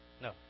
no